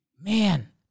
Man